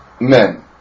men